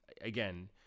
again